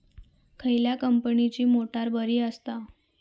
खयल्या कंपनीची मोटार बरी असता?